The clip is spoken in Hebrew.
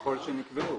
ככל שנקבע.